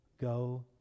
Go